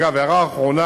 אגב, הערה אחרונה,